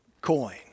coin